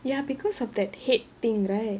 ya because of that head thing right